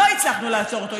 לא הצלחנו לעצור אותו.